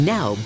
Now